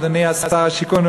אדוני שר השיכון,